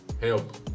help